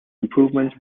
improvements